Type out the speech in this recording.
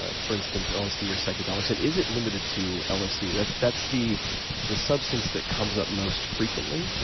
ah for instance lsd or psychedelics? and is it limited to lsd? that's that's the the substances that comes up most frequently,